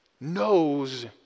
knows